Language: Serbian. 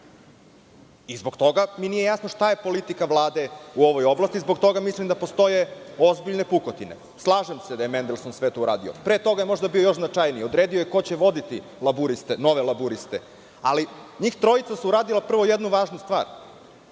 Zbog toga mi nije jasno šta je politika Vlade u ovoj oblasti. Zbog toga mislim da postoje ozbiljne pukotine. Slažem se da je Mendelson sve to uradio. Pre toga je možda bio još značajniji. Odredio je ko će voditi nove laburiste. Ali, njih trojica su uradila prvo jednu važnu stvar.